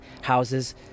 houses